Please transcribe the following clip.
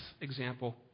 example